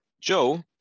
Joe